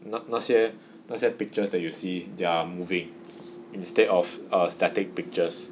那那些那些 pictures that you see they're moving instead of static pictures